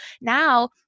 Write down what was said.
now